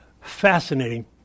fascinating